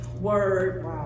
word